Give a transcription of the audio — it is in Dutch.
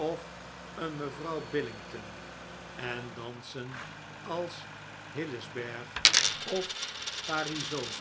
of een mevrouw billington en dansen als hillisberg of parisot